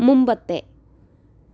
മുമ്പത്തെ